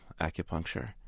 Acupuncture